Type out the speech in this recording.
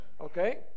Okay